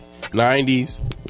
90s